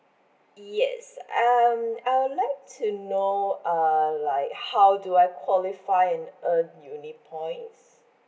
yes um I would like to know err like how do I qualify and earn uni points